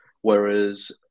whereas